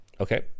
Okay